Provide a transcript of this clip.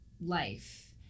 life